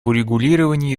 урегулировании